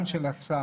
גם של השר,